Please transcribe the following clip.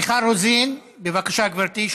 מיכל רוזין, בבקשה, גברתי.